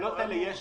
לתקנות האלו יש